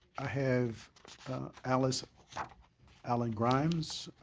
i have alice allen grimes,